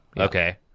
Okay